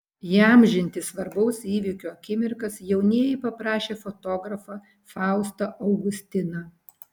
įamžinti svarbaus įvykio akimirkas jaunieji paprašė fotografą faustą augustiną